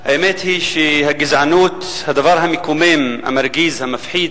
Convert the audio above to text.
האמת היא שהגזענות, הדבר המקומם, המרגיז, המפחיד,